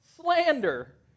slander